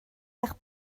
bach